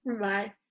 Bye